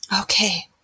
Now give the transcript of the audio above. Okay